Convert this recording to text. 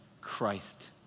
Christ